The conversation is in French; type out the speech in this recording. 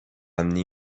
amener